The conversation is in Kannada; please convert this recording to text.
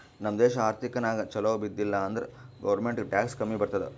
ನಮ್ ದೇಶ ಆರ್ಥಿಕ ನಾಗ್ ಛಲೋ ಇದ್ದಿಲ ಅಂದುರ್ ಗೌರ್ಮೆಂಟ್ಗ್ ಟ್ಯಾಕ್ಸ್ ಕಮ್ಮಿ ಬರ್ತುದ್